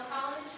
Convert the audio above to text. College